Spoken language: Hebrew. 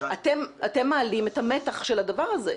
אתם מעלים את המתח של הדבר הזה.